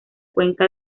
cuenca